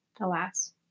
alas